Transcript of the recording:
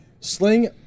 Sling